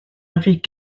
avaient